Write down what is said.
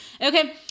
okay